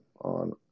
on